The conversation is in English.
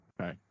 Okay